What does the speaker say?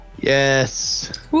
Yes